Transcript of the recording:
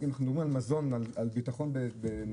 אנחנו מדברים על מזון ועל ביטחון במזון,